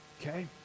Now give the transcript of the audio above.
Okay